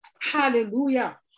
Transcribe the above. Hallelujah